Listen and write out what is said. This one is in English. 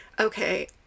okay